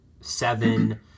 seven